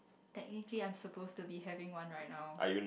technically I am suppose to be having one right now